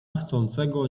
chcącego